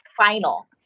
final